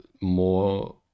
more